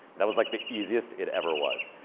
that was like the easiest it ever was.